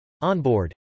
onboard